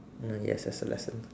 yes yes it's a lesson